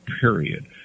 period